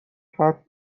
حرف